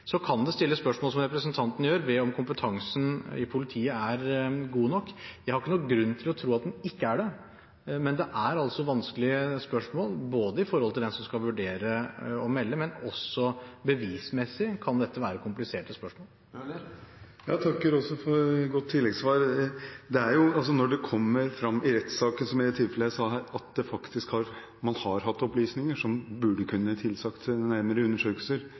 Så kan det stilles spørsmål, som representanten gjør, ved om kompetansen i politiet er god nok. Jeg har ikke noen grunn til å tro at den ikke er det, men det er altså vanskelige spørsmål når det gjelder dem som skal vurdere og melde. Men også bevismessig kan det være kompliserte spørsmål. Jeg takker også for et godt tilleggssvar. Når det kommer fram i rettssaker, som i det tilfellet jeg nevnte her, at man faktisk har hatt opplysninger som burde kunne tilsagt nærmere undersøkelser,